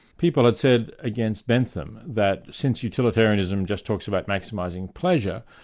people had said against bentham that since utilitarianism just talks about maximising pleasure,